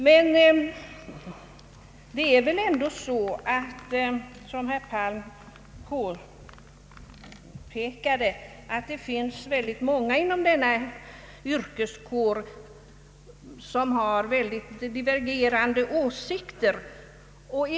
Men det är väl ändå så, som herr Palm påpekade, att det finns många människor inom denna yrkeskår som har synnerligen divergerande åsikter om vad som kan betecknas som god journalistik och inte.